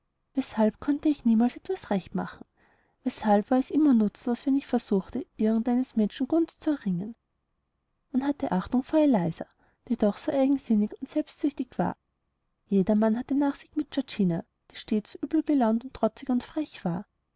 weshalb konnte ich niemals etwas recht machen weshalb war es immer nutzlos wenn ich versuchte irgend eines menschen gunst zu erringen man hatte achtung vor eliza die doch so eigensinnig und selbstsüchtig war jedermann hatte nachsicht mit georgina die stets übelgelaunt und trotzig und frech war